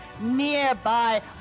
nearby